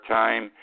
time